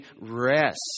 rest